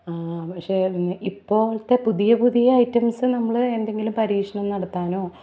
പക്ഷേ ഇപ്പോഴത്തെ പുതിയ പുതിയ ഐറ്റംസ്സ് നമ്മള് എന്തെങ്കിലും പരീക്ഷണം നടത്താനോ